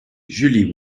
julie